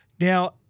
Now